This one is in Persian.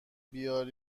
بیارم